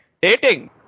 dating